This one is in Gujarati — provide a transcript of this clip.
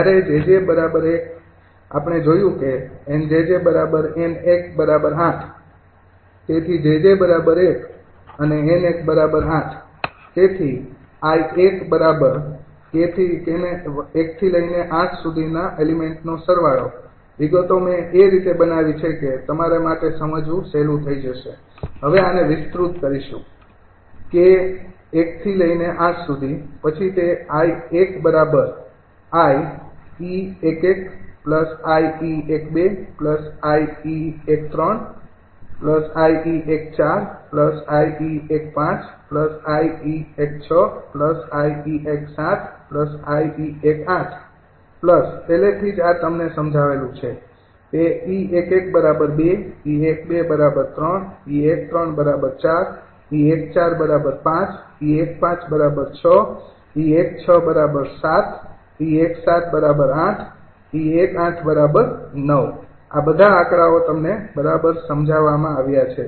જ્યારે 𝑗𝑗 ૧ આપણે જોયું કે 𝑁𝑗𝑗 𝑁૧ ૮ તેથી 𝑗𝑗 ૧ અને 𝑁૧ ૮ તેથી વિગતો મેં એ રીતે બનાવી છે કે તમારા માટે સમજવું સહેલું થઈ જશે હવે આને વિસ્તૃત કરીશું 𝑘૧૨૮ પછી તે 𝐼૧ 𝑖𝑒 ૧૧ 𝑖𝑒૧૨ 𝑖𝑒૧૩ 𝑖𝑒૧૪ 𝑖𝑒૧૫ 𝑖𝑒૧૬ 𝑖𝑒૧૭ 𝑖𝑒૧૮ પહેલેથી જ આ તમને સમજાવેલું છે તે 𝑒૧૧ ૨ 𝑒૧૨ ૩ 𝑒૧૩ ૪ 𝑒૧૪ ૫ 𝑒૧૫ ૬ 𝑒૧૬ ૭ 𝑒૧૭ ૮ 𝑒૧૮ ૯ આ બધા આકડાઓ તમને બરાબર સમજાવવામાં આવ્યા છે